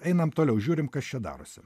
einam toliau žiūrim kas čia darosi